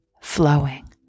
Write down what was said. flowing